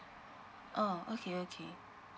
oh okay okay